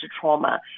trauma